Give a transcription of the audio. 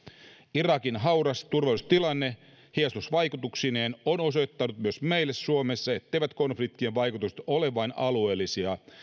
irakin hauras turvallisuustilanne heijastusvaikutuksineen on osoittanut myös meille suomessa etteivät konfliktien vaikutukset ole vain alueellisia